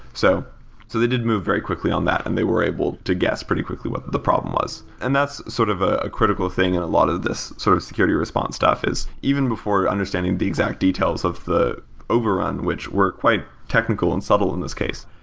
so so they did move very quickly on that and they were able to guess pretty quickly what the problem was. and that's sort of a critical thing in a lot of these sort of security response stuff, is even before understanding the exact details of the overrun, which were quite technical and subtle in this case,